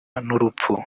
n’urupfu